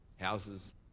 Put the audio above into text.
Houses